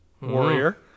warrior